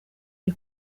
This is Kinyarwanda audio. iri